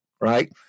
Right